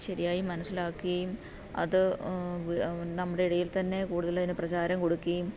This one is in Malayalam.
ശരിയായി മനസ്സിലാക്കുകയും അത് നമ്മുടെ ഇടയിൽ തന്നെ കൂടുതൽ അതിന് പ്രചാരം കൊടുക്കുകയും